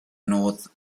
north